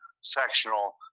sectional